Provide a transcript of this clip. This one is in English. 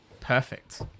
Perfect